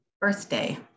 birthday